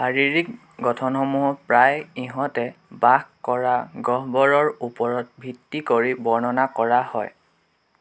শাৰীৰিক গঠনসমূহক প্ৰায় ইহঁতে বাস কৰা গহ্বৰৰ ওপৰত ভিত্তি কৰি বৰ্ণনা কৰা হয়